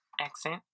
accent